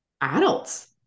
adults